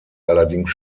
allerdings